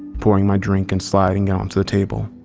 pouring my drink and sliding it onto the table.